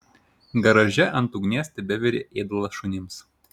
garaže ant ugnies tebevirė ėdalas šunims